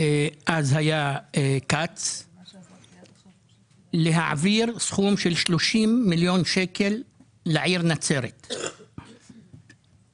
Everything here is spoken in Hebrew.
- אז היה כץ - להעביר סכום של 30 מיליון שקל לעיר נצרת תיירות,